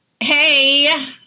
Hey